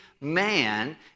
Man